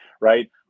right